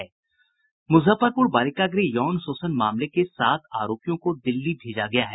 मुजफ्फरपुर बालिका गृह यौन शोषण मामले के सात आरोपियों को दिल्ली भेजा गया है